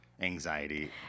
anxiety